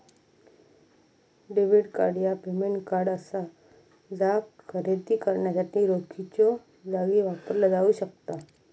debit card ह्या payment card असा जा खरेदी करण्यासाठी रोखीच्यो जागी वापरला जाऊ शकता